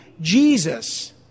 Jesus